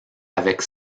avec